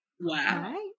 Wow